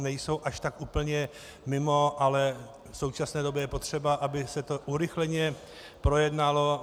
Nejsou až tak úplně mimo, ale v současné době je potřeba, aby se to urychleně projednalo.